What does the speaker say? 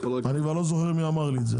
אני לא זוכר מי אמר לי את זה,